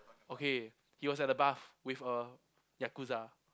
okay he was at the bath with a Yakuza